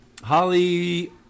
Holly